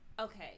Okay